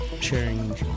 sharing